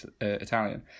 Italian